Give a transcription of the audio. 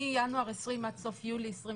מינואר 2020 עד סוף יולי 2021 טבעו בעונות הרחצה 51